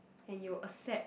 and you will accept